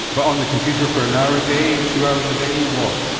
but on the computer for an hour a day, two hours a day what?